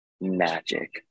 Magic